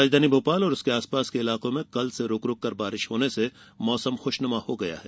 राजधानी भोपाल और उसके आसपास के इलाकों में कल से रुक रुक कर बारिश होने से मौसम खुशनुमा हो गया है